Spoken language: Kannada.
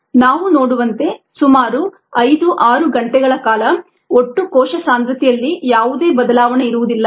ನಾವು ನೋಡುವಂತೆ ಸುಮಾರು 5 6 ಗಂಟೆಗಳ ಕಾಲ ಒಟ್ಟು ಕೋಶ ಸಾಂದ್ರತೆಯಲ್ಲಿ ಯಾವುದೇ ಬದಲಾವಣೆ ಇರುವುದಿಲ್ಲ